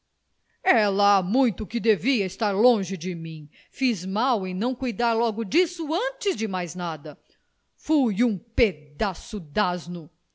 há muito que devia estar longe de mim fiz mal em não cuidar logo disso antes de mais nada fui um pedaço dasno